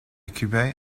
cubain